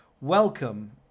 welcome